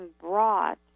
brought